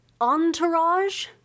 entourage